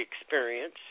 experience